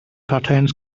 curtains